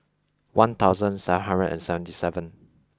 one thousand seven hundred and seventy seven